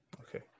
Okay